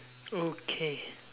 okay